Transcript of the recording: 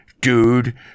Dude